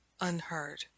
unheard